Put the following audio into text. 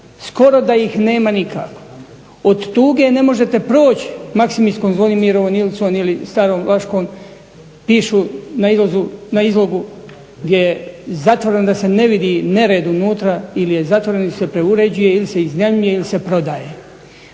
skoro da ih nema nikako. Od tuge ne možete proć Maksimirskom, Zvonimirovom, Ilicom ili starom Vlaškom. Pišu na izlogu gdje je zatvoreno da se ne vidi nered unutra ili je zatvoreno ili se preuređuje ili se iznajmljuje ili se prodaje.